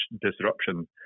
disruption